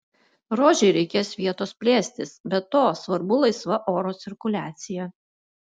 rožei reikės vietos plėstis be to svarbu laisva oro cirkuliacija